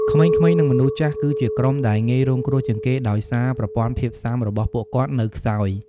ក្មេងៗ និងមនុស្សចាស់គឺជាក្រុមដែលងាយរងគ្រោះជាងគេដោយសារប្រព័ន្ធភាពស៊ាំរបស់ពួកគាត់នៅខ្សោយ។